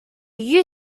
you